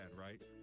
right